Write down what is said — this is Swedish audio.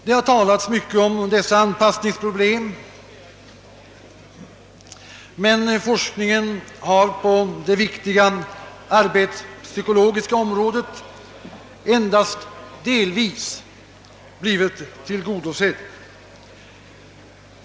Det har talats mycket om dessa anpassningsproblem, men forskningen har på det viktiga arbetspsykologiska området endast delvis blivit tillgodosedd.